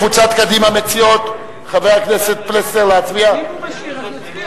קבוצת סיעת רע"ם-תע"ל וקבוצת סיעת בל"ד לסעיף 37(32)